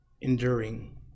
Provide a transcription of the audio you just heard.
enduring